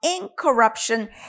incorruption